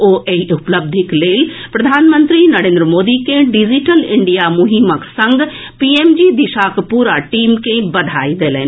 ओ एहि उपलब्धिक लेल प्रधानमंत्री नरेन्द्र मोदी के डिजिटल इंडिया मुहिमक संग पीएमजी दिशाक पूरा टीम के बधाई देलनि